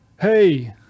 Hey